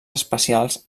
especials